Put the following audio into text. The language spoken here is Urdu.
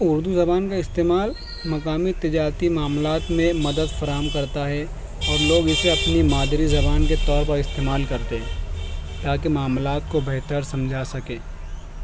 اردو زبان کا استعمال مقامی تجارتی معاملات میں مدد فراہم کرتا ہے اور لوگ اسے اپنی مادری کے طور پر استعمال کرتے ہیں تاکہ معاملات کو بہتر سمجھا سکے